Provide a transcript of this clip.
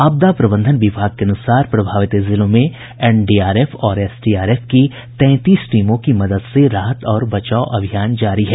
आपदा प्रबंधन विभाग के अनुसार प्रभावित जिलों में एनडीआरएफ और एसडीआरएफ की तैंतीस टीमों की मदद से राहत और बचाव अभियान जारी है